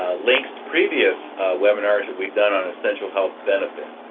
links to previous webinars that we've done on essential health benefits.